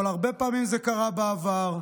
אבל הרבה פעמים זה קרה בעבר,